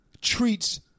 treats